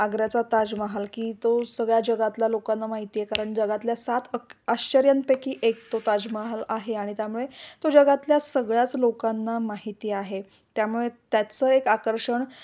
आग्र्याचा ताजमहल की तो सगळ्या जगातल्या लोकांना माहिती आहे कारण जगातल्या सात अक आश्चर्यांपैकी एक तो ताजमहल आहे आणि त्यामुळे तो जगातल्या सगळ्याच लोकांना माहिती आहे त्यामुळे त्याचं एक आकर्षण